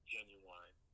Genuine